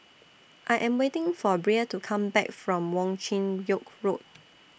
I Am waiting For Brea to Come Back from Wong Chin Yoke Road